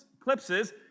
eclipses